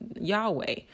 Yahweh